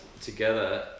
together